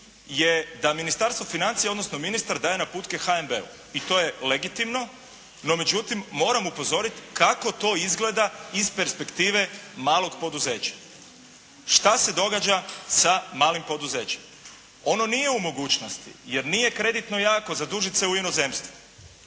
je da Ministarstvo financija odnosno ministar daje naputke HNB-u. I to je legitimno. No međutim, moram upozorit kako to izgleda iz perspektive malog poduzeća? Šta se događa sa malim poduzećem? Ono nije u mogućnosti jer nije kreditno jako zadužit se u inozemstvu.